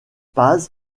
paz